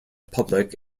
public